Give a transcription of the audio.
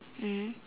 mm